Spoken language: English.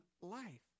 life